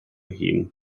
hun